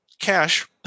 cash